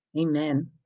Amen